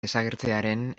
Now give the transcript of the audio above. desagertzearen